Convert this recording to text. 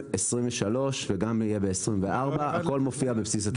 22'-23' וגם יהיה ב-24', הכול מופיע בבסיס התקציב.